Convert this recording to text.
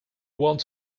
want